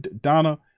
Donna